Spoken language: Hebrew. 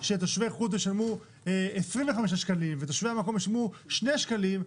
שתושבי חוץ ישלמו 25 שקלים ותושבי המקום ישלמו שני שקלים,